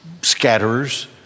scatterers